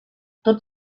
tot